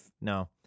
no